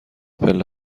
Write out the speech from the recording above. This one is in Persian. پله